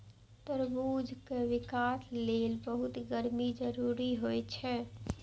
तरबूजक विकास लेल बहुत गर्मी जरूरी होइ छै